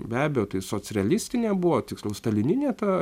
be abejo tai socrealistinė buvo tiksliau stalininė ta